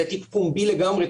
זה תיק פומבי לגמרי,